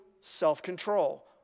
self-control